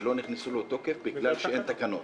שלא נכנסו לתוקף בגלל שאין תקנות.